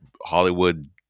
Hollywood